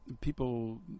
people